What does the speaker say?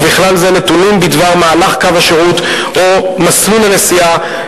ובכלל זה נתונים בדבר מהלך קו השירות או מסלול הנסיעה,